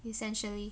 essentially